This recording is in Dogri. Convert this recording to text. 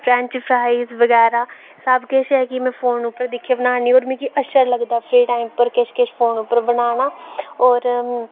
फ्रेंच फ्राई बगैरा सबकिश एह् में फोन परा दिक्खियै बनान्नी होर मिगी अच्छा लगदा फ्री टाईम पर किश फोन पर बनाना होर